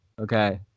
okay